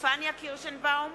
פניה קירשנבאום,